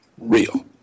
real